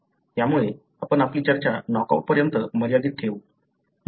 त्यामुळे आपण आपली चर्चा नॉकआउट पर्यंत मर्यादित ठेवू